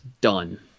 done